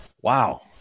wow